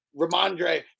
Ramondre